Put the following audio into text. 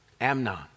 Amnon